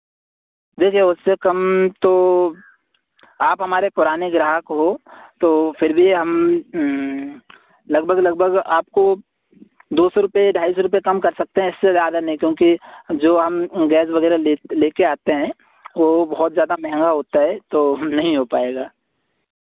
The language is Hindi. जी जी उससे कम तो आप हमारे पुराने ग्राहक हो तो फिर भी हम लगभग लगभग आपको दो सौ रुपये ढाई सौ रुपये कम कर सकते हैं इससे ज़्यादा नहीं क्योंकि जो हम गैस वगैरह ले ले कर आते हैं वो बहुत ज्यादा महंगा होता है तो नहीं हो पाएगा